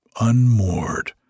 unmoored